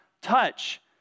touch